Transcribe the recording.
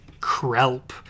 Krelp